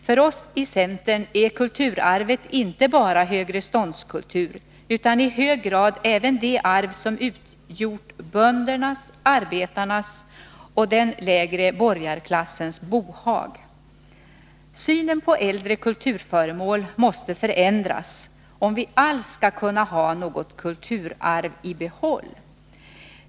För oss i centern är kulturarvet inte bara högreståndskultur utan i hög grad även det arv som utgjort böndernas, arbetarnas och den lägre borgarklassens bohag. Synen på äldre kulturföremål måste förändras, om vi alls skall kunna ha något kulturarv i behåll.